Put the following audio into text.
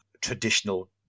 traditional